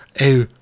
Oh